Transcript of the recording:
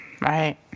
Right